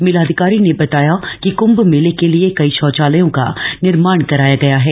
मेलाधिकारी ने बताया कि क्म्भ मेले के लिए कई शौचान्नयों का निर्माण कराया गया है